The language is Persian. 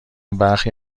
برخی